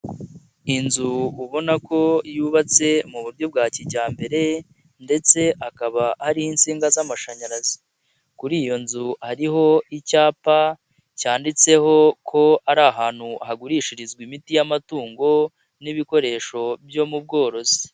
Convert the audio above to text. Inzu ubona ko yubatse mu buryo bwa kijyambere ndetse akaba hariho insinga z'amashanyaraz,i kuri iyo nzu ari icyapa, cyanditseho ko ari ahantu hagurishirizwa imiti y'amatungo n'ibikoresho byo mu bworozi.